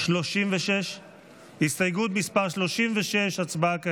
36. 36. הסתייגות מס' 36, הצבעה כעת.